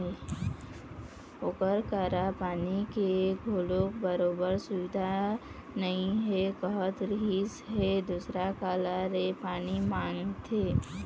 ओखर करा पानी के घलोक बरोबर सुबिधा नइ हे कहत रिहिस हे दूसर करा ले पानी मांगथे